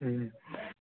ꯎꯝ